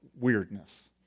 weirdness